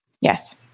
Yes